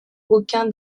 aucun